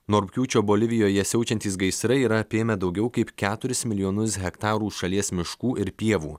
nuo rugpjūčio bolivijoje siaučiantys gaisrai yra apėmę daugiau kaip keturis milijonus hektarų šalies miškų ir pievų